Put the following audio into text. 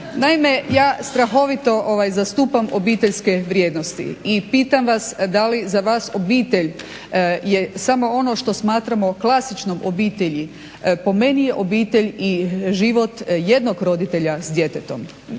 Naime, ja strahovito zastupam obiteljske vrijednosti i pitam vas da li za vas obitelj je samo ono što smatramo klasičnom obitelji. Po meni je obitelj i život jednog roditelja s djetetom.